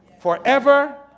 forever